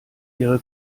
ihre